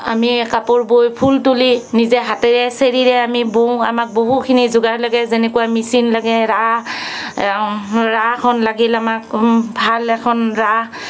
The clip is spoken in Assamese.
আমি কাপোৰ বৈ ফুল তুলি নিজে হাতেৰে চেৰিয়ে আমি বওঁ আমাক বহুখিনি যোগাৰ লাগে যেনেকুৱা মেচিন লাগে ৰা ৰা ৰাচখন লাগিল আমাক ভাল এখন ৰা